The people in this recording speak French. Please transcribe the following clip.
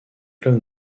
club